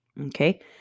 Okay